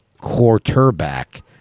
quarterback